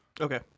Okay